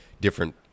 different